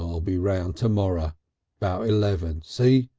ah i'll be round to-morrer ah about eleven. see?